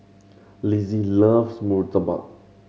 Lizzie loves murtabak